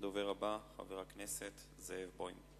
הדובר הבא הוא חבר הכנסת זאב בוים.